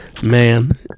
man